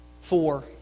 four